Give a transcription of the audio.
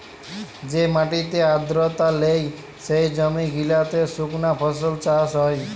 যে মাটিতে আদ্রতা লেই, সে জমি গিলাতে সুকনা ফসল চাষ হ্যয়